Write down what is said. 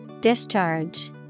Discharge